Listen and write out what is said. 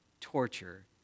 torture